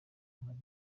hari